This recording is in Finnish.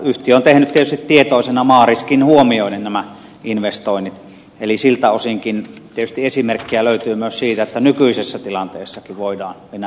yhtiö on tehnyt tietysti tietoisena maariskin huomioiden nämä investoinnit eli siltä osinkin tietysti esimerkkejä löytyy myös siitä että nykyisessä tilanteessa voida enää